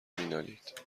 مینالید